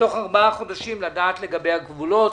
ובתוך ארבעה חודשים לדעת לגבי הגבולות.